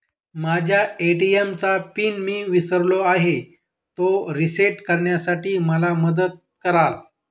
माझ्या ए.टी.एम चा पिन मी विसरलो आहे, तो रिसेट करण्यासाठी मला मदत कराल?